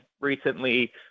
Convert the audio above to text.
recently